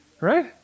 Right